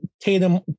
Tatum